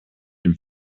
dem